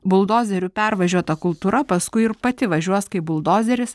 buldozeriu pervažiuota kultūra paskui ir pati važiuos kaip buldozeris